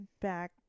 back